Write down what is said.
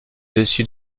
dessus